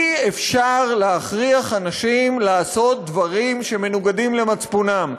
אי-אפשר להכריח אנשים לעשות דברים שמנוגדים למצפונם,